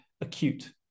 acute